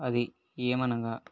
అది ఏమనగా